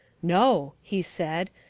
no, he said,